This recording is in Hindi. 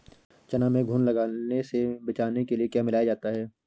चना में घुन लगने से बचाने के लिए क्या मिलाया जाता है?